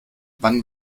wann